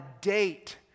date